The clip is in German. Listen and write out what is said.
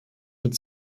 mit